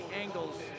angles